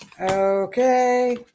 okay